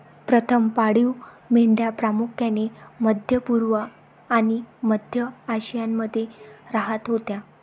प्रथम पाळीव मेंढ्या प्रामुख्याने मध्य पूर्व आणि मध्य आशियामध्ये राहत होत्या